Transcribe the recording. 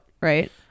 right